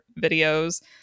videos